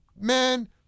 man